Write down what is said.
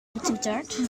betoeterd